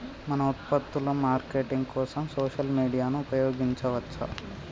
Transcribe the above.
మన ఉత్పత్తుల మార్కెటింగ్ కోసం సోషల్ మీడియాను ఉపయోగించవచ్చా?